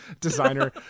designer